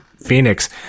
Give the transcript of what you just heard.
Phoenix